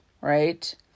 right